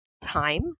time